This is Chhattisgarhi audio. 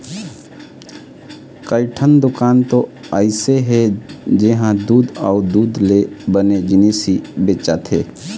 कइठन दुकान तो अइसे हे जिंहा दूद अउ दूद ले बने जिनिस ही बेचाथे